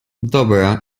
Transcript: dobra